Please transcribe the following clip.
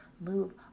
move